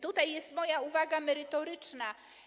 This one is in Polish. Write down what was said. Tutaj jest moja uwaga merytoryczna.